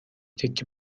تکه